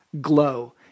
glow